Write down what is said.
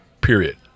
Period